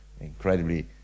incredibly